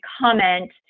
comment